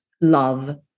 love